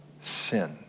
sin